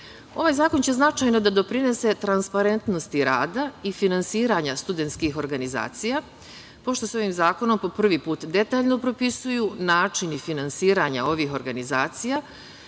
zakon će značajno da doprinese transparentnosti rada i finansiranja studentskih organizacija, pošto se ovim zakonom po prvi put detaljno propisuju načini finansiranja ovih organizacija